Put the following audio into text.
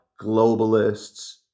globalists